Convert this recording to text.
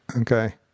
okay